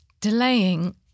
delaying